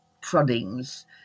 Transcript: proddings